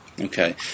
Okay